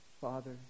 Father